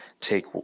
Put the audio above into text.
take